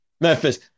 Memphis